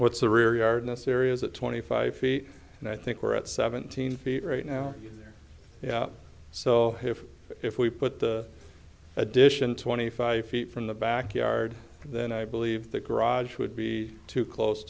what's the rear yard in a serious at twenty five feet and i think we're at seventeen feet right now yeah so if we put the addition twenty five feet from the backyard then i believe the garage would be too close